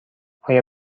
آیا